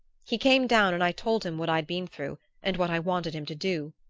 he came down and i told him what i'd been through and what i wanted him to do.